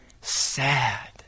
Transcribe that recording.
sad